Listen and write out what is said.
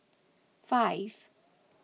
five